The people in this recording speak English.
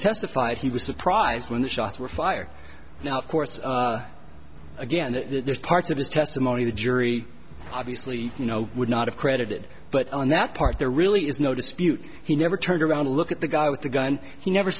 testified he was surprised when the shots were fired now of course again there's parts of his testimony the jury obviously you know would not have credited but on that part there really is no dispute he never turned around to look at the guy with the gun he never